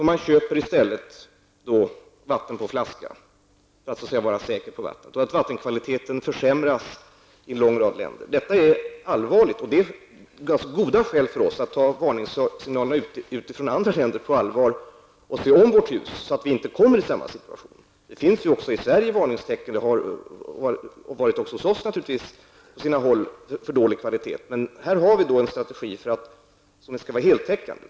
Dessa människor kan köpa vattnet på flaska för att vara säkra på kvaliteten. Vattenkvaliteten försämras också i en lång rad länder. Detta är allvarligt, och vi har goda skäl att ta varningssignalerna från andra länder på allvar och se om vårt hus så att vi inte hamnar i samma situation. Det finns varningstecken även i Sverige. Kvaliteten har även hos oss varit dålig på sina håll. Men vi har alltså nu en strategi som skall vara heltäckande.